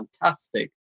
fantastic